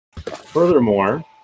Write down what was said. furthermore